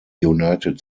united